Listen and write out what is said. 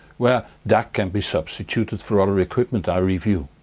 where dac can be substituted for other equipment i review.